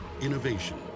Innovation